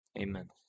Amen